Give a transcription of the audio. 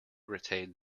retain